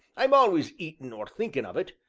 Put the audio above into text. i'm always eatin' or thinkin' of it.